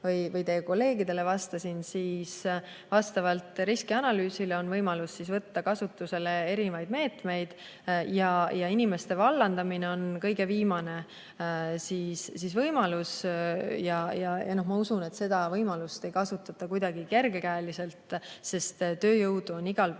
või teie kolleegidele, vastavalt riskianalüüsile on võimalus võtta kasutusele erinevaid meetmeid. Inimeste vallandamine on kõige viimane võimalus. Ma usun, et seda võimalust ei kasutata kuidagi kergekäeliselt, sest tööjõudu on igal pool